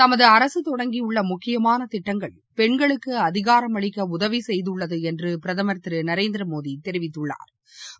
தமதுஅரசுதொடங்கியுள்ளமுக்கியமானதிட்டங்கள் பெண்களுக்குஅதிகாரம் அளிக்கஉதவிசெய்துள்ளதுஎன்றுபிரதமா் திருநரேந்திரமோடிதெரிவித்துள்ளாா்